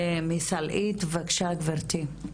מסלעית, בבקשה גברתי.